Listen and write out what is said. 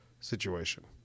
situation